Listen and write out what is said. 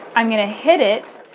i'm going to hit it,